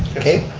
okay.